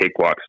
cakewalks